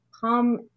come